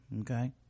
okay